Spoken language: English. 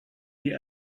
the